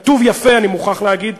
כתוב יפה אני מוכרח להגיד,